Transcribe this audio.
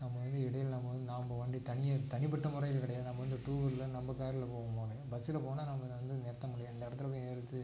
நம்ம வந்து இடையில் நம்ம வந்து நாம் வண்டி தனிய தனிப்பட்ட முறையில் கிடையாது நம்ம வந்து டூவீலரில் நம்ம காரில் போகிற மாதிரி பஸ்ஸில் போனால் நம்ம வந்து நிறுத்த முடியாது இந்த இடத்துல போய் நிறுத்து